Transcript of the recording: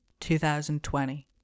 2020